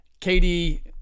Katie